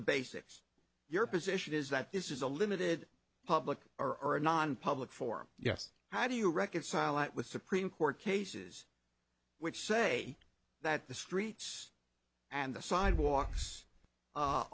the basics your position is that this is a limited public or nonpublic form yes how do you reconcile that with supreme court cases which say that the streets and the sidewalks